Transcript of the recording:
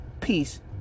peace